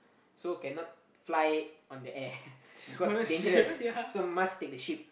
so cannot fly on the air because dangerous so must take the ship